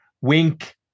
Wink